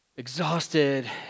Exhausted